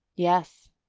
yes,